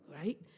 right